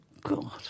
God